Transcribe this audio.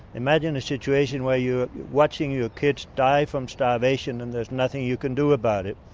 imagine a situation where you're watching your kid die from starvation and there's nothing you can do about it.